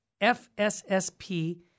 FSSP